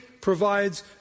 provides